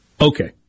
Okay